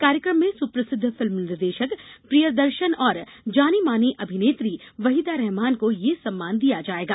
कार्यक्रम में सुप्रसिद्ध फिल्म निदेशक प्रियदर्शन और जानी मानी अभिनेत्री वहिदा रहमान को यह सम्मान दिया जायेगा